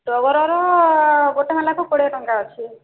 ଟଗରର ଗୋଟିଏ ମାଲାକୁ କୋଡ଼ିଏ ଟଙ୍କା ଅଛି